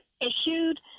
issued